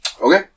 Okay